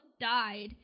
died